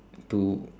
to